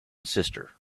sister